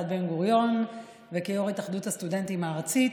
בן-גוריון וכיו"ר התאחדות הסטודנטים הארצית.